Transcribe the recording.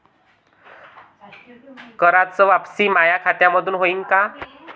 कराच वापसी माया खात्यामंधून होईन का?